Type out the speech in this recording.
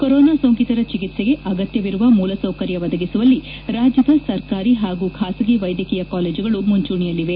corona ಸೋಂಕಿತರ ಚಿಕಿತ್ಸೆಗೆ ಅಗತ್ನವಿರುವ ಮೂಲಸೌಕರ್ಯ ಒದಗಿಸುವಲ್ಲಿ ರಾಜ್ಯದ ಸರ್ಕಾರಿ ಖಾಸಗಿ ವೈದ್ಯಕೀಯ ಕಾಲೇಜುಗಳು ಮುಂಚೂಣಿಯಲ್ಲಿವೆ